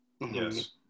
yes